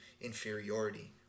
inferiority